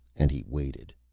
and he waited.